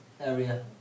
area